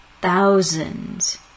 thousands